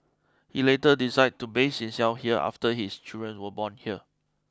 he later decided to base himself here after his children were born here